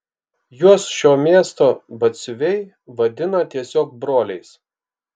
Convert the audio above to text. juos šio miesto batsiuviai vadina tiesiog broliais